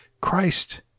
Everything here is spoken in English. Christ